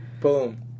Boom